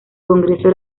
congreso